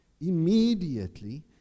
immediately